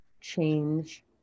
change